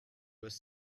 was